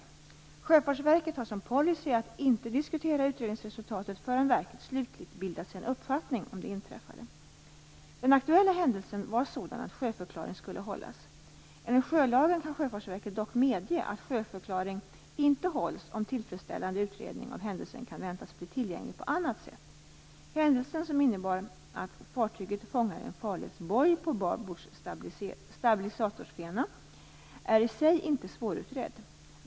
Sjöfartsverket har som policy att inte diskutera utredningsresultat förrän verket slutligt bildat sig en uppfattning om det inträffade. Den aktuella händelsen var sådan att sjöförklaring skulle hållas. Enligt sjölagen kan Sjöfartsverket dock medge att sjöförklaring inte hålls, om tillfredsställande utredning av händelsen kan väntas bli tillgänglig på annat sätt. Händelsen, som innebar att fartyget fångade en farledsboj på babords stabilisatorfena, är i sig inte svårutredd.